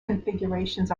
configurations